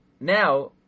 Now